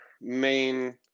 main